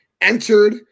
entered